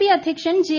P അധ്യക്ഷൻ J